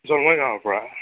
জলৈ গাঁৱৰ পৰা